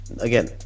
Again